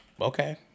okay